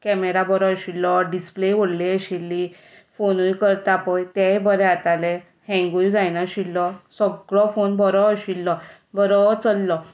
camera बरो आशिलो डिस्प्लेय व्हडली आशिल्ली फोनूय करता पळय तेंवूय बरें जातालें हँगूय जायनाशिल्लो सगलो फोन बरो आशिल्लो बरो चल्लो